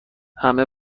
همه